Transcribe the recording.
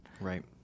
right